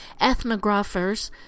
Ethnographers